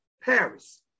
Paris